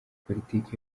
politiki